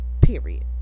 period